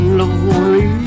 lonely